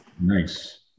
Nice